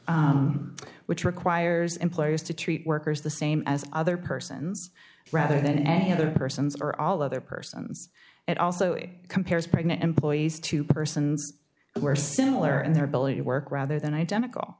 a which requires employers to treat workers the same as other persons rather than any other persons or all other persons it also it compares pregnant employees to persons who are similar in their ability to work rather than identical